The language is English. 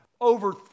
Over